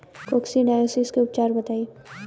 Coccidiosis के उपचार बताई?